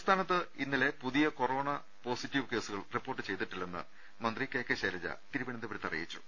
സംസ്ഥാനത്ത് ഇന്നലെ പുതിയ കൊറോണ പോസിറ്റീവ് കേസുകൾ റിപ്പോർട്ട് ചെയ്തിട്ടില്ലെന്ന് മന്ത്രി കെ കെ ശൈലജ തിരുവനന്തപുരത്ത് അറിയിച്ചു